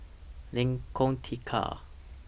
Lengkong Tiga